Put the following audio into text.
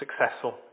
successful